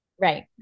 Right